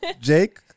Jake